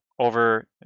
over